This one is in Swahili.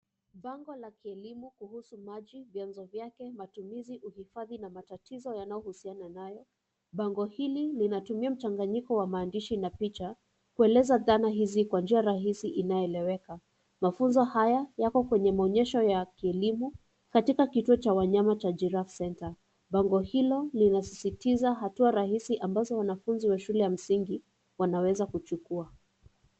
Bango la kielimu kuhusu maji, vyanzo vyake, matumizi, uhifadhi, na matatizo yanayohusiana nayo. Bango hili linatumia mchanganyiko wa maandishi na picha, kueleza dhana hizi kwa njia rahisi inayoeleweka. Mafunzo haya yako kwenye maonyesho ya kielimu, katika kituo cha wanyama cha girrafe centre. Bango hilo linasisitiza hatua rahisi ambazo wanafunzi wa shule za msingi wanaweza kuchukua.